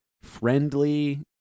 friendly